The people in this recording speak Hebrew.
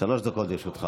שלוש דקות לרשותך.